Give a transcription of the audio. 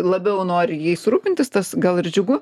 labiau nori jais rūpintis tas gal ir džiugu